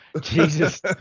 Jesus